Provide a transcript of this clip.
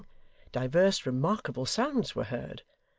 divers remarkable sounds were heard,